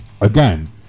Again